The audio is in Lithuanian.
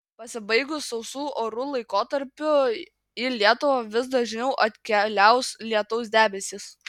pasibaigus sausų orų laikotarpiui į lietuvą vis dažniau atkeliaus lietaus debesys